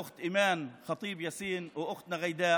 האחות אימאן ח'טיב יאסין ואחותנו ג'ידא